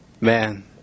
Man